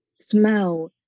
smell